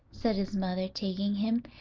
said his mother, taking him.